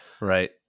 Right